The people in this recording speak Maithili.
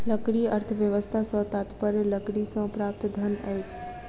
लकड़ी अर्थव्यवस्था सॅ तात्पर्य लकड़ीसँ प्राप्त धन अछि